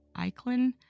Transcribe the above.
Eichlin